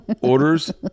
Orders